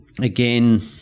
again